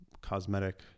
cosmetic